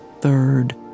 third